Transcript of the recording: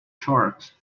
sharks